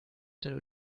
der